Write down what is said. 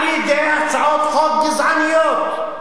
על-ידי הצעות חוק גזעניות.